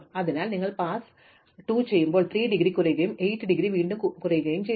അതിനാൽ നിങ്ങൾ പാസ് 2 ചെയ്യുമ്പോൾ 3 ഡിഗ്രി കുറയുകയും 8 ഡിഗ്രി വീണ്ടും കുറയുകയും ചെയ്യുന്നു